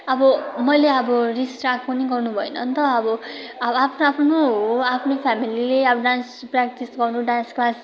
अब मैले अब रिसराग पनि गर्नु भएन नि त अब आफ्नो आफ्नो हो आफ्नो फेमिलीले अब डान्स प्रयाक्टिस गर्नु डान्स क्लास